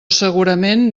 segurament